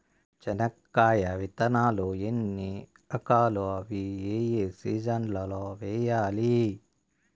చెనక్కాయ విత్తనాలు ఎన్ని రకాలు? అవి ఏ ఏ సీజన్లలో వేయాలి?